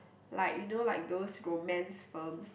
like you know like those romance films